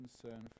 concern